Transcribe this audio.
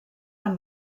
amb